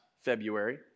February